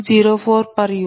uZ30